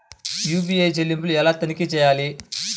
UPI చెల్లింపులు ఎలా తనిఖీ చేయాలి?